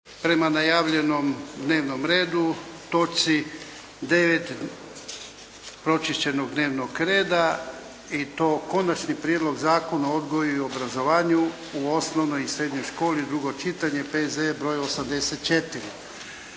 prema najavljenom dnevnom redu, točci 9. pročišćenog dnevnog reda i to - Konačni prijedlog Zakona o odgoju i obrazovanju u osnovnoj i srednjoj školi, drugo čitanje, P.Z.E. br. 84